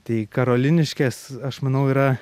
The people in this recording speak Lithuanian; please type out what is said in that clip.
tai karoliniškės aš manau yra